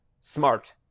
smart